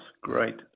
Great